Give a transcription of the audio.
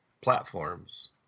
platforms